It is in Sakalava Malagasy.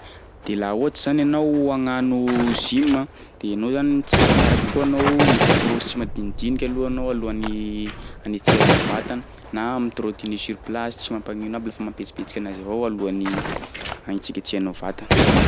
De laha ohatry zany anao hagnano gym a, de ianao zany tsaratsara kokoa anao mikrôsy tsimadinidinika aloha anao alohan'ny anetsehanao vatana na mi-trotine sur place tsy mampagnino aby lafa mampietsipietsiky anazy avao alohan'ny agnetsiketsehanao vatana.